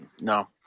No